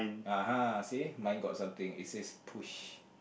!uh-huh! see mine got something it says push